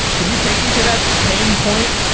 can you take me to that pain point?